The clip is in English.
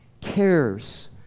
cares